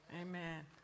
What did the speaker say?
amen